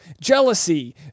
jealousy